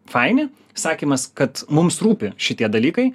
faini sakymas kad mums rūpi šitie dalykai